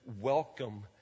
welcome